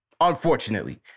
unfortunately